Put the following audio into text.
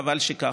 חבל שכך.